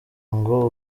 ngo